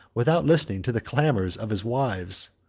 without listening to the clamors of his wives.